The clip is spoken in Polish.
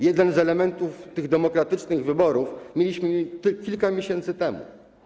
Jeden z elementów tych demokratycznych wyborów mieliśmy kilka miesięcy temu.